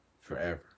Forever